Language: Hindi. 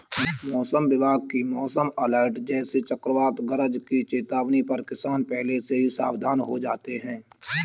मौसम विभाग की मौसम अलर्ट जैसे चक्रवात गरज की चेतावनी पर किसान पहले से ही सावधान हो जाते हैं